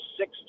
six